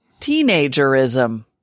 teenagerism